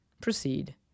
proceed